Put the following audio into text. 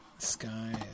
Sky